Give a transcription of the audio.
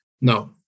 No